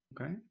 okay